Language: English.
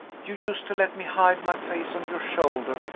you used to let me hide my face on your shoulder,